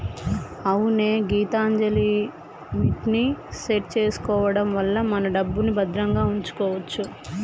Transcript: అవునే గీతాంజలిమిట్ ని సెట్ చేసుకోవడం వల్ల మన డబ్బుని భద్రంగా ఉంచుకోవచ్చు